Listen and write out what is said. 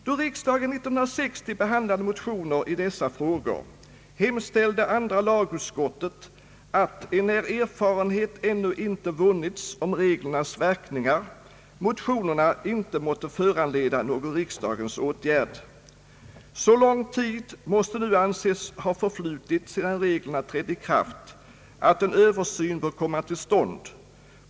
Då riksdagen 1960 behandlade motioner i dessa frågor, hemställde andra lagutskottet att, enär erfarenhet ännu inte vunnits om reglernas verkningar, motionerna inte måtte föranleda någon riksdagens åtgärd. Så lång tid måste nu anses ha förflutit sedan reglerna trädde i kraft, att en översyn bör komma till stånd.